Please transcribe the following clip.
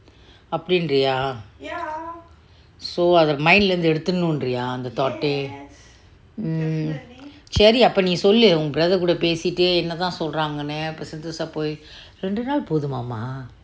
அப்டிங்கரியா:apdingariyaa so அத:athe mind ல இருந்து எடுத்துரனும்ன்றியா அந்த:la irunthu eduthuranumndriya antha thought eh சரி அப்போ நீ சொல்லு:seri appo nee sollu brother கூட பேசிட்டே என்ன தா சொல்ராங்கனு அப்பே:kuuda pesithu enna thaa solranganu appe sentosa போய் ரெண்டு நாள் போதுமா:pooi rendu naal poothuma mah